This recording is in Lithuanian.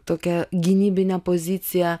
tokią gynybinę poziciją